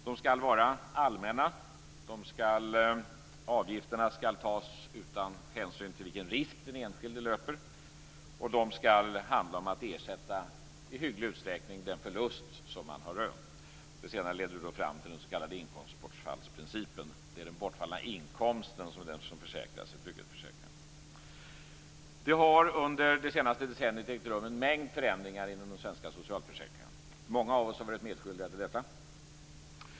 De skall vara allmänna, avgifterna skall tas ut utan hänsyn till vilken risk den enskilde löper och de skall handla om att i hygglig utsträckning ersätta den förlust som man har rönt. Det senare leder fram till den s.k. inkomstbortfallsprincipen. Det är den bortfallna inkomsten som försäkras i trygghetsförsäkringar. Det har under det senaste decenniet ägt rum en mängd förändringar inom de svenska socialförsäkringarna. Många av oss har varit medskyldiga till detta.